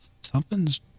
something's